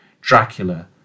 Dracula